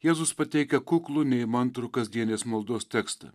jėzus pateikia kuklų neįmantrų kasdienės maldos tekstą